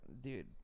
dude